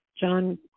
John